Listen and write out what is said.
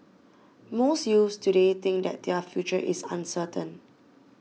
most youths today think that their future is uncertain